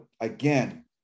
again